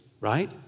right